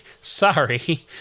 Sorry